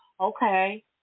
Okay